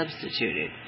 substituted